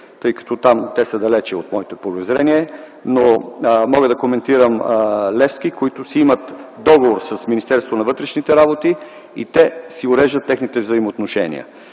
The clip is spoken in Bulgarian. тъй като те са далече от моето полезрение. Мога да коментирам „Левски”, които имат договор с Министерството на вътрешните работи, и си уреждат техните взаимоотношения